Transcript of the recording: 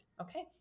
Okay